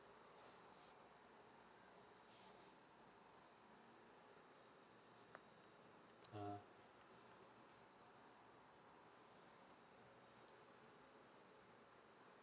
uh